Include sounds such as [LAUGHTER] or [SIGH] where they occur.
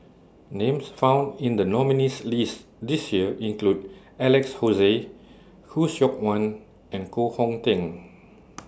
Names found in The nominees' list This Year include Alex Josey Khoo Seok Wan and Koh Hong Teng [NOISE]